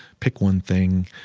pick one thing,